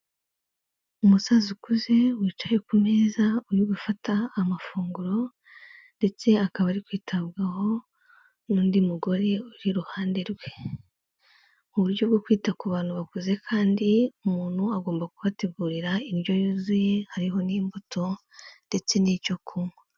Umusaza ukuze wicaye ku meza uri gufata amafunguro ndetse akaba ari kwitabwaho n'undi mugore uri iruhande rwe. Mu buryo bwo kwita ku bantu bakuze kandi umuntu agomba kubategurira indyo yuzuye hariho n'imbuto ndetse n'icyo kunywa.